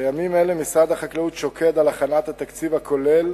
בימים אלה משרד החקלאות שוקד על הכנת התקציב הכולל,